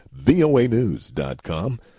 voanews.com